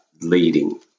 leading